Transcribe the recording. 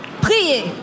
Priez